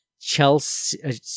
Chelsea